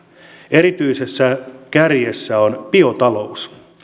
erityisessä kärjessä on biotalous